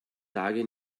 tage